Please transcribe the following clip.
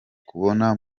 kubona